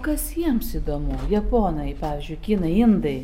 kas jiems įdomu japonai pavyzdžiui kinai indai